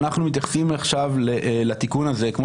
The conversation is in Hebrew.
ואנחנו מתייחסים עכשיו לתיקון הזה כמו